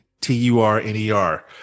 T-U-R-N-E-R